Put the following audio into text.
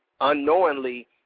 unknowingly